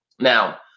Now